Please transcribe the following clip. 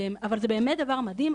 אבל זה באמת דבר מדהים,